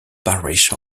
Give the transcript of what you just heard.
parish